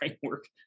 framework